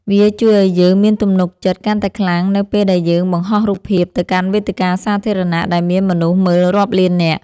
វាជួយឱ្យយើងមានទំនុកចិត្តកាន់តែខ្លាំងនៅពេលដែលយើងបង្ហោះរូបភាពទៅកាន់វេទិកាសាធារណៈដែលមានមនុស្សមើលរាប់លាននាក់។